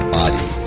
body